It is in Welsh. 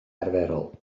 arferol